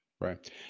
Right